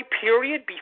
period